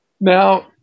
Now